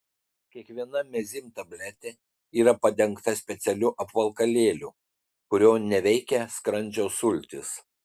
kiekviena mezym tabletė yra padengta specialiu apvalkalėliu kurio neveikia skrandžio sultys